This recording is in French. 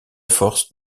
force